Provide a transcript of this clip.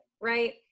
right